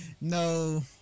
No